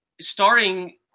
starting